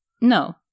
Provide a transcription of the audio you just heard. No